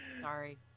Sorry